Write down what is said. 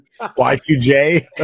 Y2J